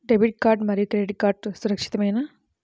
Debit card మరియు credit card సురక్షితమేనా?